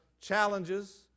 challenges